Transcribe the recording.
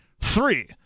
Three